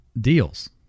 deals